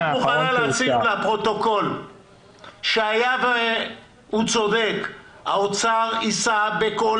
את מוכנה להצהיר לפרוטוקול שהיה והוא צודק האוצר יישא בכל